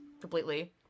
completely